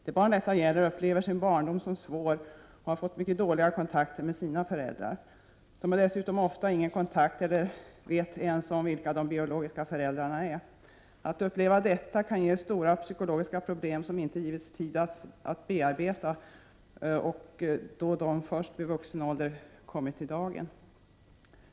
De barn denna fråga gäller upplever sin barndom som svår, och de har fått mycket dåliga kontakter med sina föräldrar. De har dessutom ofta ingen kontakt med eller vet inte ens vilka de biologiska föräldrarna är. Att uppleva detta kan ge stora psykologiska problem, som inte har kunnat bearbetas, då problemen först vid vuxen ålder kommit i dagen.